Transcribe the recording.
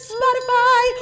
Spotify